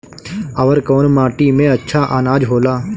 अवर कौन माटी मे अच्छा आनाज होला?